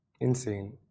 Insane